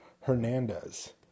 Hernandez